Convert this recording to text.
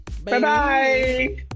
Bye-bye